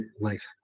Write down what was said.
life